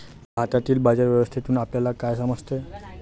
भारतातील बाजार व्यवस्थेतून आपल्याला काय समजते?